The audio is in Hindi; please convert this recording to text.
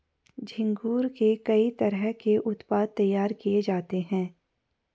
झींगुर से कई तरह के उत्पाद तैयार किये जाते है